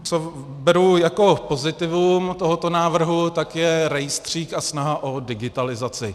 Co beru jako pozitivum tohoto návrhu, je rejstřík a snaha o digitalizaci.